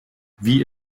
wie